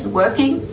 working